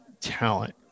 talent